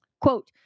Quote